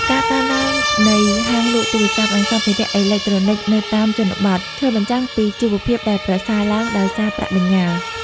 ការកើនឡើងនៃហាងលក់ទូរស័ព្ទ និងសម្ភារៈអេឡិចត្រូនិកនៅតាមជនបទ ឆ្លុះបញ្ចាំងពីជីវភាពដែលប្រសើរឡើងដោយសារប្រាក់បញ្ញើ។